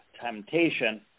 temptation